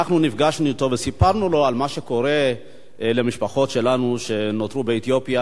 אנחנו נפגשנו אתו וסיפרנו לו על מה שקורה למשפחות שלנו שנותרו באתיופיה.